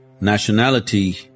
nationality